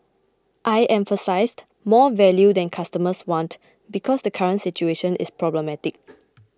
I emphasised more value that customers want because the current situation is problematic